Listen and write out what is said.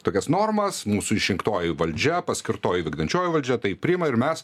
tokias normas mūsų išrinktoji valdžia paskirtoji vykdančioji valdžia tai priima ir mes